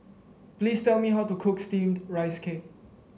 please tell me how to cook steamed Rice Cake